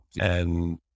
and-